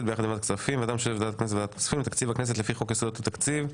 וועדת הכספים לתקציב הכנסת לפי חוק יסודות התקציב: